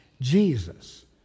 Jesus